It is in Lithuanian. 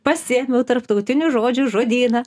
pasiėmiau tarptautinių žodžių žodyną